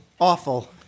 awful